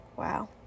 Wow